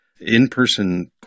in-person